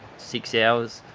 six hours